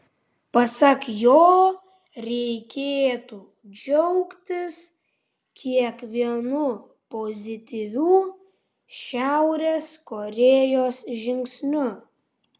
pasak jo reikėtų džiaugtis kiekvienu pozityviu šiaurės korėjos žingsniu